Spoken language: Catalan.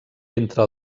entre